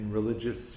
religious